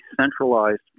centralized